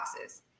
boxes